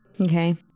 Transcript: Okay